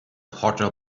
hotter